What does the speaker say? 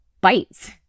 bites